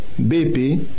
BP